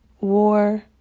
war